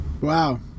wow